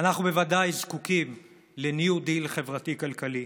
אנחנו בוודאי זקוקים לניו-דיל חברתי-כלכלי.